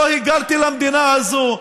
לא היגרתי למדינה הזו.